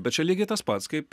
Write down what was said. bet čia lygiai tas pats kaip